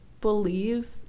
believe